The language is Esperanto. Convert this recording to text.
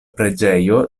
preĝejo